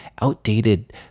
outdated